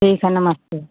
अच्छा नमस्ते